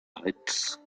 heights